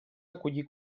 acollir